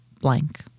blank